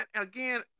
again